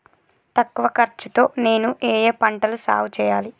తక్కువ ఖర్చు తో నేను ఏ ఏ పంటలు సాగుచేయాలి?